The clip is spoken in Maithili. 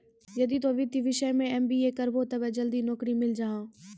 यदि तोय वित्तीय विषय मे एम.बी.ए करभो तब जल्दी नैकरी मिल जाहो